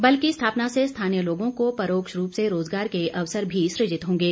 बल की स्थापना से स्थानीय लोगों को परोक्ष रूप से रोजगार के अवसर भी सुजित होंगे